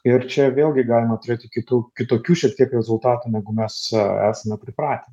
ir čia vėlgi galima turėti kitų kitokių šiek tiek rezultatų negu mes esame pripratę